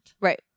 right